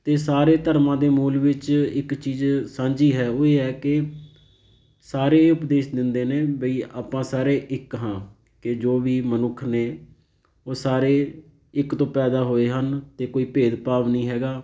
ਅਤੇ ਸਾਰੇ ਧਰਮਾਂ ਦੇ ਮੂਲ ਵਿੱਚ ਇੱਕ ਚੀਜ਼ ਸਾਂਝੀ ਹੈ ਉਹ ਇਹ ਹੈ ਕਿ ਸਾਰੇ ਉਪਦੇਸ਼ ਦਿੰਦੇ ਨੇ ਬਈ ਆਪਾਂ ਸਾਰੇ ਇੱਕ ਹਾਂ ਕਿ ਜੋ ਵੀ ਮਨੁੱਖ ਨੇ ਉਹ ਸਾਰੇ ਇੱਕ ਤੋਂ ਪੈਦਾ ਹੋਏ ਹਨ ਅਤੇ ਕੋਈ ਭੇਦਭਾਵ ਨਹੀਂ ਹੈਗਾ